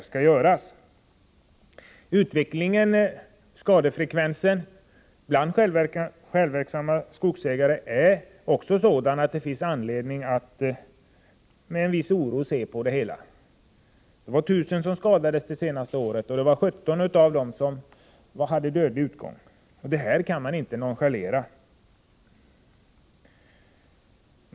Skadefrekvensen bland självverksamma skogsägare är också sådan att det finns anledning att se på det hela med en viss oro. 1 000 skadades det senaste året, och 17 olycksfall hade dödlig utgång. Detta kan man inte nonchalera.